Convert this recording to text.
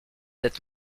êtes